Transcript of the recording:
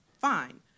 fine